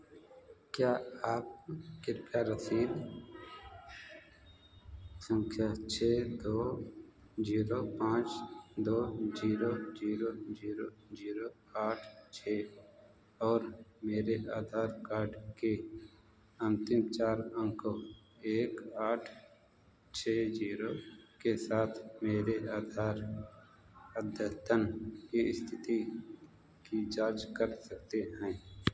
क्या आप कृपया रसीद संख्या छः दो जीरो पाँच दो जीरो जीरो जीरो आठ छः और मेरे आधार कार्ड के अन्तिम चार अंकों एक आठ छः जीरो के साथ मेरे आधार अद्यतन की इस्थिति की जांच कर सकते हैं